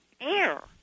air